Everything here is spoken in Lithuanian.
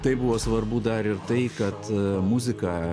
tai buvo svarbu dar ir tai kad muziką